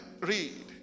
read